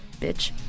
bitch